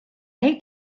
hate